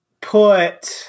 put